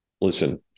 Listen